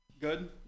good